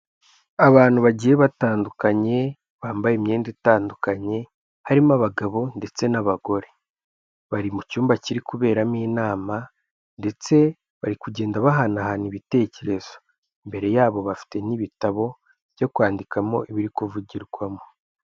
Abantu bagiye batandukanye bambaye imyenda itandukanye harimo abagabo ndetse n'abagore, bari mu cyumba kiri kuberamo inama ndetse bari kugenda bahanahana ibitekerezo, imbere yabo bafite n'ibitabo byo kwandikamo ibiri kuvugirwamo.